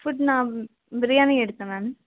food நான் பிரியாணி எடுத்தேன் ma'am